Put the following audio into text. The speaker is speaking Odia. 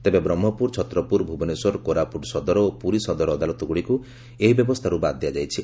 ତେବେ ବ୍ରହ୍କପୁର ଛତ୍ରପୁର ଭୁବନେଶ୍ୱର କୋରାପୁଟ ସଦର ଓ ପୁରୀ ସଦର ଅଦାଲତଗୁଡ଼ିକୁ ଏହି ବ୍ୟବସ୍ଷାରୁ ବାଦ୍ ଦିଆଯାଇଛି